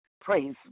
Praise